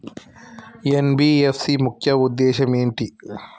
NBFC ముఖ్య ఉద్దేశం ఏంటి?